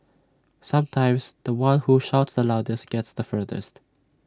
sometimes The One who shouts the loudest gets the furthest